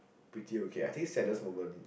pretty okay I think saddest moment